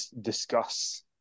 discuss